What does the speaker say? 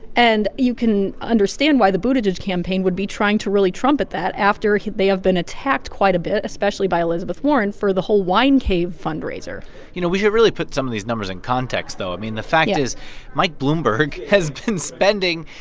and you can understand why the buttigieg campaign would be trying to really trumpet that after they have been attacked quite a bit, especially by elizabeth warren, for the whole wine cave fundraiser you know, we should really put some of these numbers in context, though. i mean, the fact is mike bloomberg has been spending,